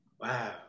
wow